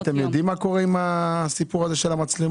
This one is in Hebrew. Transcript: אתם יודעים מה קורה עם הסיפור הזה של המצלמות?